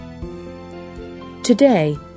Today